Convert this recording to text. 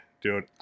dude